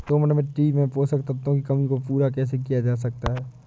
दोमट मिट्टी में पोषक तत्वों की कमी को पूरा कैसे किया जा सकता है?